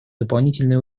дополнительные